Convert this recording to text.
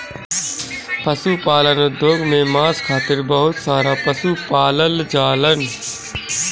पशुपालन उद्योग में मांस खातिर बहुत सारा पशु पालल जालन